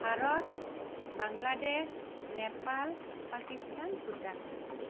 Bharat Bangladesh Nepal Pakistan Bhutan